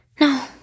no